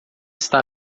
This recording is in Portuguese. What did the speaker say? está